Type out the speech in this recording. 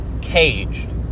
caged